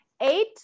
Eight